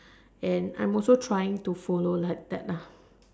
and I'm also trying to follow like that lah